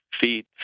feed